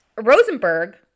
Rosenberg